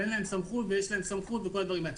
אין להם סמכות ויש להם סמכות וכל הדברים האלה.